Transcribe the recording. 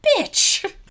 bitch